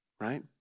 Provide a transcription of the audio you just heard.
right